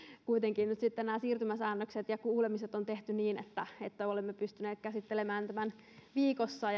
kuitenkin nyt sitten nämä siirtymäsäännökset ja kuulemiset on tehty niin että että olemme pystyneet käsittelemään tämän viikossa